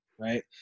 Right